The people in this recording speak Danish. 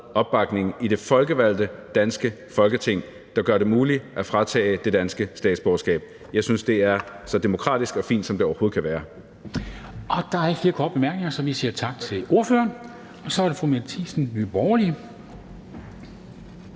opbakning i det folkevalgte danske Folketing, der gør det muligt at fratage nogen det danske statsborgerskab. Jeg synes, det er så demokratisk og fint, som det overhovedet kan være. Kl. 13:26 Formanden (Henrik Dam Kristensen): Der er ikke flere korte bemærkninger, så vi siger tak til ordføreren. Så er det fru Mette Thiesen, Nye Borgerlige.